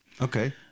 Okay